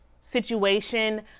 situation